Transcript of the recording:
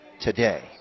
today